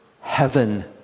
heaven